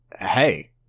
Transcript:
Hey